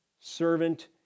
servant